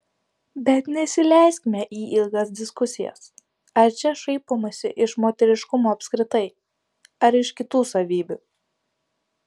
bet nesileiskime į ilgas diskusijas ar čia šaipomasi iš moteriškumo apskritai ar iš kitų savybių